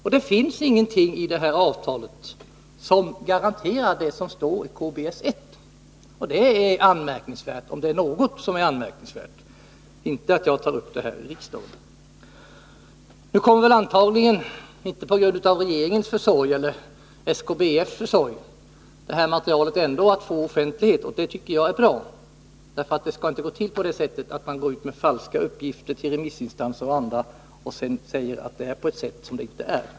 Men det finns ingenting i avtalet som garanterar det som står i KBS 1. Och det är anmärkningsvärt, om nu någonting är anmärkningsvärt — inte att jag tar upp den här frågan i riksdagen. Antagligen kommer — fast inte genom regeringens eller SKBF:s försorg — materialet ändå att få offentlighet, och det tycker jag är bra. Det får nämligen inte gå till så att man lämnar falska uppgifter till remissinstanser och andra.